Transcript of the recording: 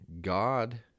God